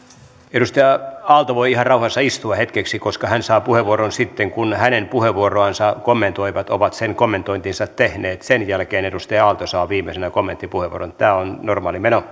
edustaja aalto voi ihan rauhassa istua hetkeksi koska hän saa puheenvuoron sitten kun hänen puheenvuoroansa kommentoivat ovat sen kommentointinsa tehneet sen jälkeen edustaja aalto saa viimeisenä kommenttipuheenvuoron tämä on normaali meno